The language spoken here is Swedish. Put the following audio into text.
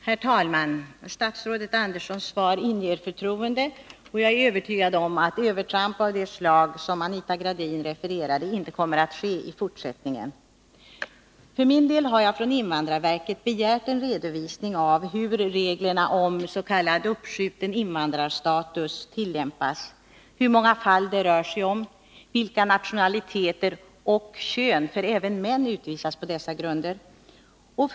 Herr talman! Statsrådet Anderssons svar inger förtroende. Jag är övertygad om att övertramp av det slag som Anita Gradin refererade inte kommer att ske i fortsättningen. För min del har jag begärt att från invandrarverket få en redovisning för hur reglerna om s.k. uppskjuten invandrarstatus tillämpas, hur många fall samt vilka nationaliteter och kön — för även män utvisas på dessa grunder — det rör sig om.